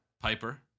Piper